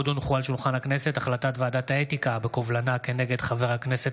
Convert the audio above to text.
עוד הונחו על שולחן הכנסת החלטת ועדת האתיקה בקובלנה כנגד חבר הכנסת